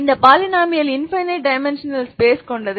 இந்த polynomial infinite dimensional space கொண்டது